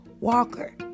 Walker